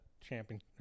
champion